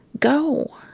go.